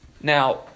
Now